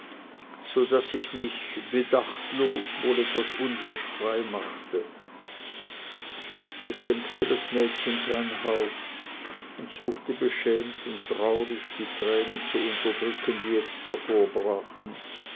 so daß ich mich bedachtlos wohl etwas unwirsch frei machte da senkte das mädchen sein haupt und suchte beschämt und traurig die tränen zu unterdrücken die jetzt